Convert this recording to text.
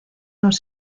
los